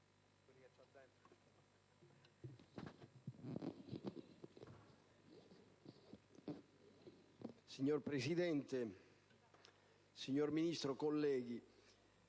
Signor Presidente, signor Ministro, onorevoli